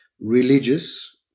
religious